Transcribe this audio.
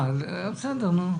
זה המצב, את הדבר הזה צריך לסדר.